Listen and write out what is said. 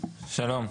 שלום.